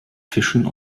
fischen